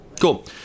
Cool